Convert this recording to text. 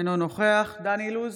אינו נוכח דן אילוז,